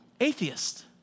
atheist